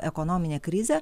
ekonominė krizė